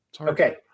Okay